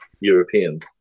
Europeans